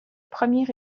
premier